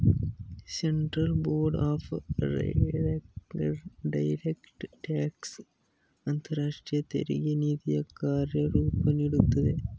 central board of direct tax ಅಂತರಾಷ್ಟ್ರೀಯ ತೆರಿಗೆ ನೀತಿಯ ಕಾರ್ಯರೂಪ ನೀಡುತ್ತದೆ